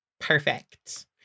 Perfect